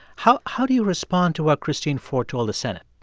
how how do you respond to what christine ford told the senate?